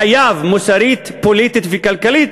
חייב, מוסרית, פוליטית וכלכלית,